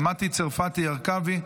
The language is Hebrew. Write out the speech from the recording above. מטי צרפתי הרכבי,